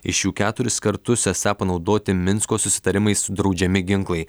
iš jų keturis kartus esą panaudoti minsko susitarimais draudžiami ginklai